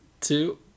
two